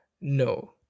no